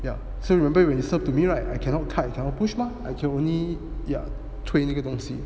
ya so remember when it served to me right I cannot cut or push ma I can only ya 推那个东西